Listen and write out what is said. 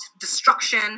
destruction